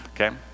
Okay